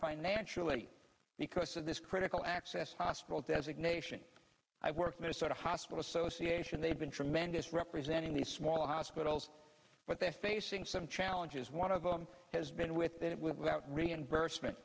financially because of this critical access hospital designation i worked in a sort of hospital association they've been tremendous representing the smaller hospitals but they're facing some challenges one of them has been with that without reimbursement